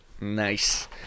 Nice